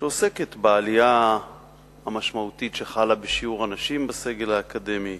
שעוסקת בעלייה המשמעותית שחלה בשיעור הנשים בסגל האקדמי,